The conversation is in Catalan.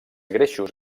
greixos